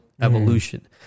evolution